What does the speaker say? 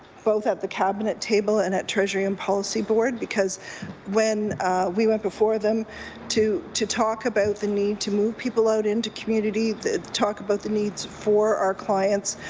both at the cabinet table and at treasury and policy board because when we went before them to to talk about the need to move people out into community, talk about the needs for our clients